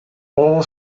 all